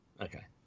Okay